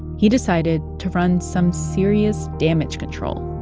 he decided to run some serious damage control